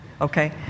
Okay